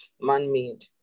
man-made